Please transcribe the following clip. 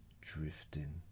drifting